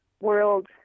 world